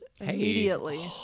immediately